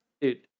Dude